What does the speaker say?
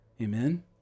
Amen